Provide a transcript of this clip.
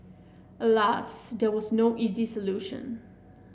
alas there is no easy solution